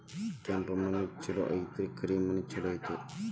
ಕೆಂಪ ಮಣ್ಣ ಛಲೋ ಏನ್ ಕರಿ ಮಣ್ಣ ಛಲೋ?